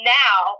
now